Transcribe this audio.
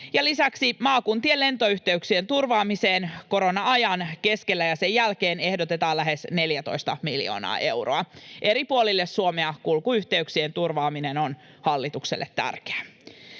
Lisäksi maakuntien lentoyhteyksien turvaamiseen korona-ajan keskellä ja sen jälkeen ehdotetaan lähes 14 miljoonaa euroa. Kulkuyhteyksien turvaaminen eri puolille Suomea